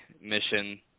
mission